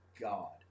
God